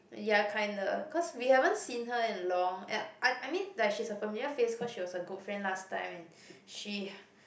ya kinda cause we haven't seen her in long and I I mean like she's a familiar face cause she was a good friend last time and she